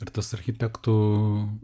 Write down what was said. ir tas architektų